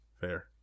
Fair